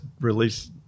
release